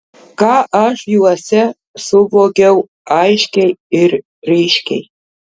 ką aš juose suvokiau aiškiai ir ryškiai